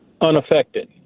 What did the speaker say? unaffected